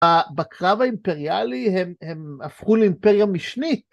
בקרב האימפריאלי הם הפכו לאימפריה משנית.